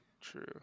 True